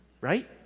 Right